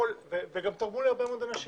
וגם תרמו לי הרבה מאוד אנשים,